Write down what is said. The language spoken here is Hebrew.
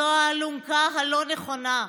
זו האלונקה הלא-נכונה.